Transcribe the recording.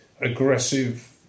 aggressive